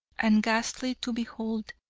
and ghastly to behold,